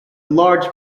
large